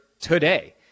today